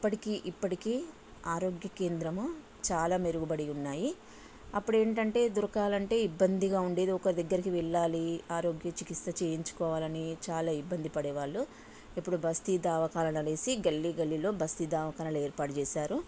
అప్పటికీ ఇప్పటికీ ఆరోగ్య కేంద్రము చాలా మెరుగుబడి ఉన్నాయి అప్పుడు ఏంటంటే దొరకాలి అంటే ఇబ్బందిగా ఉండేది ఒకరి దగ్గరికి వెళ్ళాలి ఆరోగ్య చికిత్స చేయించుకోవాలని చాలా ఇబ్బంది పడేవాళ్ళు ఇప్పుడు బస్తీ దావఖానలు అనేసి గల్లీ గల్లీలో బస్తీ దవఖానలు ఏర్పాటు చేసారు